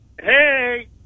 Hey